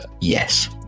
Yes